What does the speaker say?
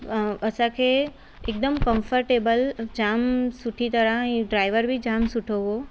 असांखे हिकदमु कंफर्टेबल जाम सुठी तरह इहो ड्राइवर बि जाम सुठो हुओ